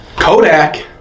Kodak